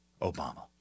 Obama